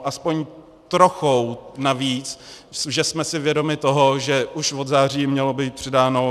Aspoň trochou navíc, že jsme si vědomi toho, že už od září jim mělo být přidáno.